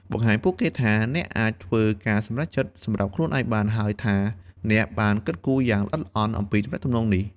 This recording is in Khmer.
បង្ហាញពួកគេថា អ្នកអាចធ្វើការសម្រេចចិត្តសម្រាប់ខ្លួនឯងបាន ហើយថាអ្នកបានគិតគូរយ៉ាងល្អិតល្អន់អំពីទំនាក់ទំនងនេះ។